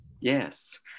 Yes